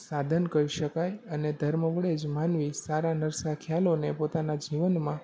સાધન કહી શકાય અને ધર્મ વડે જ માનવી સારા નરસા ખ્યાલોને પોતાનાં જીવનમાં